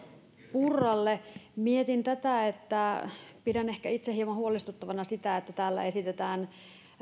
purralle mietin tätä että pidän ehkä itse hieman huolestuttavana sitä että täällä esitetään